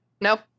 Nope